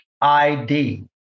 ID